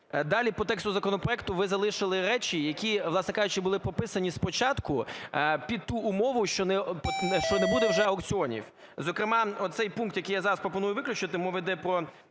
далі по тексту законопроекту ви залишили речі, які, власне кажучи, були прописані спочатку під ту умову, що не буде вже аукціонів. Зокрема оцей пункт, який я зараз я пропоную виключити, мова іде про